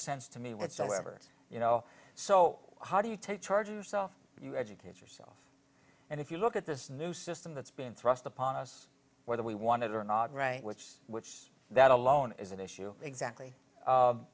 sense to me whatsoever you know so how do you take charge of self you educators and if you look at this new system that's been thrust upon us whether we want it or not right which is which that alone is an issue exactly